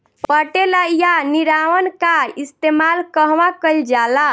पटेला या निरावन का इस्तेमाल कहवा कइल जाला?